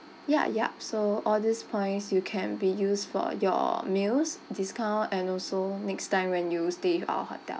ya yup so all these points you can be used for your meals discount and also next time when you stay with our hotel